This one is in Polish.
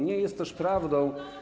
Nie jest też prawdą.